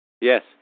Yes